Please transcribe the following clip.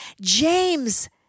James